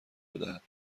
بدهد